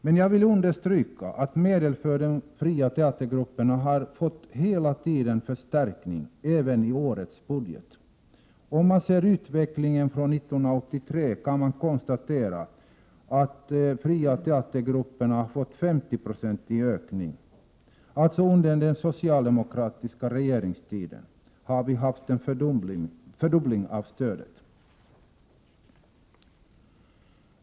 Men jag vill understryka att medlen för de fria teatergrupperna hela tiden har fått förstärkning, även i årets budget. Om man ser på utvecklingen från 1983, kan man konstatera att de fria teatergrupperna har fått en 50-procentig reell medelsökning. Under den socialdemokratiska regeringstiden har det alltså blivit en fördubbling av stödet.